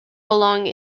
along